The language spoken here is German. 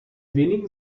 wenigen